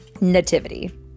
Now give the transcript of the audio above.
nativity